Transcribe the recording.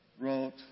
wrote